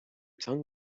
tongue